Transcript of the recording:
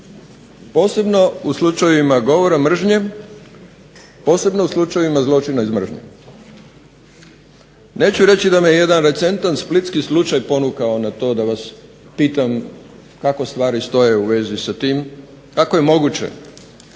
posebno u slučajevima govora mržnje, posebno u slučajevima zločina iz mržnje. Neću reći da me jedan recentan splitski slučaj ponukao na to da vas pitam kako stvari stoje u vezi sa tim, kako je moguće